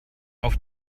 auf